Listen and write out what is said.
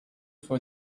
for